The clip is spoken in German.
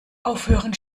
aufhören